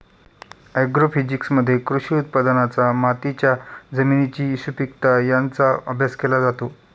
ॲग्रोफिजिक्समध्ये कृषी उत्पादनांचा मातीच्या जमिनीची सुपीकता यांचा अभ्यास केला जातो